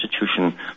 institution